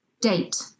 Date